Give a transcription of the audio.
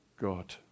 God